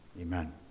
Amen